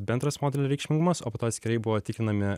bendras modelio reikšmingumas o po to atskirai buvo tikrinami